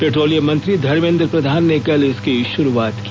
petroleum मंत्री धर्मेंद्र प्रधान ने कल इसकी शुरुआत की